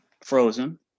frozen